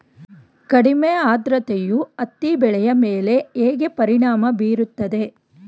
ಕಡಿಮೆ ಆದ್ರತೆಯು ಹತ್ತಿ ಬೆಳೆಯ ಮೇಲೆ ಹೇಗೆ ಪರಿಣಾಮ ಬೀರುತ್ತದೆ?